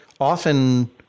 often